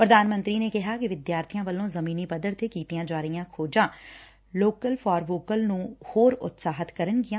ਪੁਧਾਨ ਮੰਤਰੀ ਨੇ ਕਿਹਾ ਕਿ ਵਿਦਿਆਰਥੀਆਂ ਵੱਲੋਂ ਜ਼ਮੀਨੀ ਪੱਧਰ ਤੇ ਕੀਤੀਆਂ ਜਾ ਰਹੀਆਂ ਖੋਜਾਂ ਲੋਕਲ ਫਾਰ ਵੋਕਲ ਨੰ ਹੋਰ ਉਤਸ਼ਾਹਿਤ ਕਰਨਗੀਆਂ